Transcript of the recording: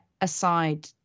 aside